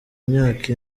myaka